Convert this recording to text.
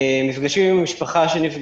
צריך לתת את הדעת גם על מפגשים עם המשפחה שנפגעו.